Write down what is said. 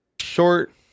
short